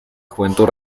juventud